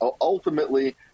ultimately